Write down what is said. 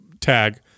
tag